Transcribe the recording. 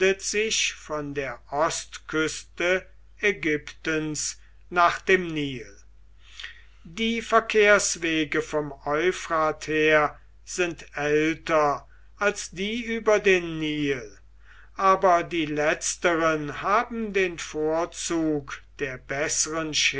sich von der ostküste ägyptens nach dem nil die verkehrswege vom euphrat her sind älter als die über den nil aber die letzteren haben den vorzug der besseren